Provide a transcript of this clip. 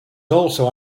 also